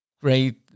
great